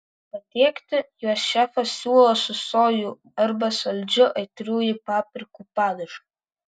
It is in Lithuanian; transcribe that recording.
patiekti juos šefas siūlo su sojų arba saldžiu aitriųjų paprikų padažu